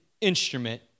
instrument